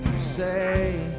say